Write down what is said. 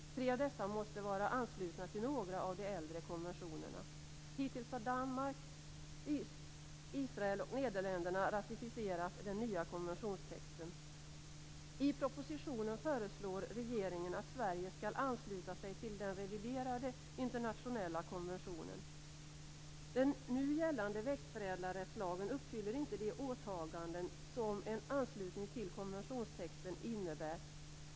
Tre av dessa måste var anslutna till några av de äldre konventionerna. Hittills har Danmark, Israel och I propositionen föreslår regeringen att Sverige skall ansluta sig till den reviderade internationella konventionen. Den nu gällande växtförädlarrättslagen uppfyller inte de åtaganden som en anslutning till konventionstexten innebär.